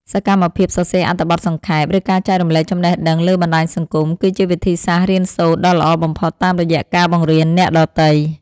សកម្មភាពសរសេរអត្ថបទសង្ខេប ឬការចែករំលែកចំណេះដឹងលើបណ្ដាញសង្គម គឺជាវិធីសាស្ត្ររៀនសូត្រដ៏ល្អបំផុតតាមរយៈការបង្រៀនអ្នកដទៃ។